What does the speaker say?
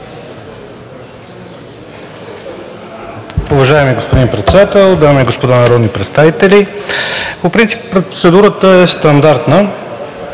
Уважаеми господин Председател, дами и господа народни представители! По принцип процедурата е стандартна